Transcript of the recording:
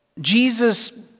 Jesus